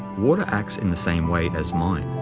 water acts in the same way as mind.